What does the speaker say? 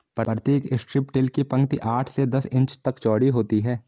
प्रतीक strip till की पंक्ति आठ से दस इंच तक चौड़ी होती है